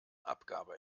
abgabe